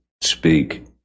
speak